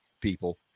people